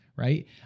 right